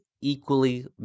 equally